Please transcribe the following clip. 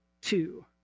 two